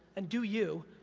and do you,